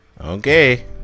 Okay